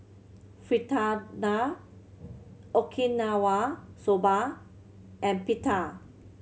Fritada Okinawa Soba and Pita